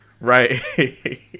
right